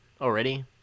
already